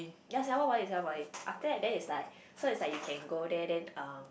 ya Singapore Poly Singapore Poly after that then it's like so it's like you can go there then uh